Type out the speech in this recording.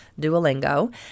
Duolingo